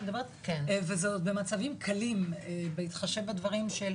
וזה עוד במצבים קלים בהתחשב בדברים.